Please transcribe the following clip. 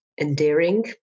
endearing